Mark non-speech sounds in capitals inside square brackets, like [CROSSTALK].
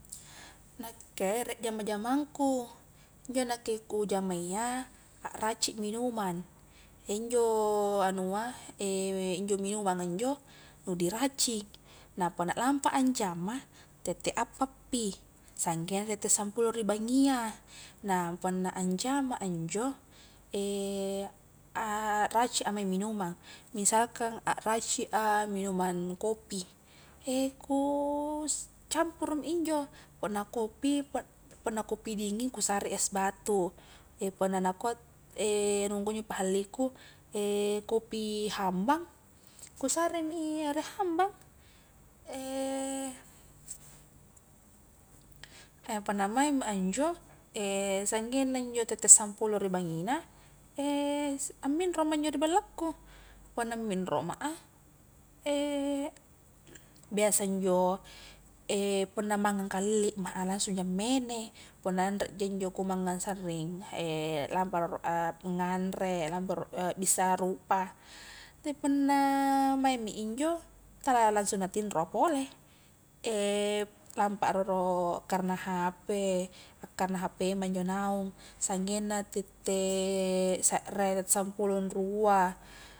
Nakke riek jama-jamangku, injo nakke ku jama iya akaracik minuman, [HESITATION] injo anua [HESITATION] minumanga injo nu di racik, na punna lampa a anjama tette appa pi sanggenna tette sampulo ri bangngia, na puna anjama a injo, akraci a mae minumang misalkan akraci a minuman kopi, [HESITATION] ku campuru mi injo, punna kopi, punna kopi dinging ku sare es batu, [HESITATION] punna nakua [HESITATION] anungku injo pahalli ku, [HESITATION] kopi hambang ku sare mi ere hambang, [HESITATION] a punna maeng ma injo [HESITATION] sanggenna injo tette sampulo ri bangngina [HESITATION] amminro ma injo ri ballaku, punna minro ma a [HESITATION] biasa injo [HESITATION] punna mangang kalilli ma langsung ja ammene, punna anreja injo ku mangang sarring [HESITATION] lampa a rolo anganre, lampa rolo akbissa rupa, te punna maing mi injo, tala langsung na tinro a pole, [HESITATION] lampa a roro karena hp, akkarena hp i ma injo naung, sanggenna tette sekre, tette sampulo anrua.